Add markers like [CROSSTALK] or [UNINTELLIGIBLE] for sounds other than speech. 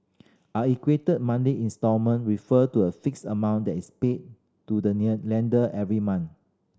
an equated monthly instalment refer to a fixed amount that is paid to the [UNINTELLIGIBLE] lender every month